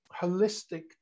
holistic